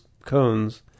Cones